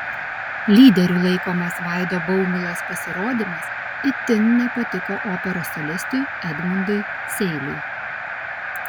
lyderiu laikomas vaido baumilos pasirodymas itin nepatiko operos solistui edmundui seiliui